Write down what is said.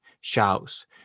shouts